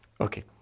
Okay